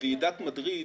בוועידת מדריד,